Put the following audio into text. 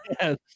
Yes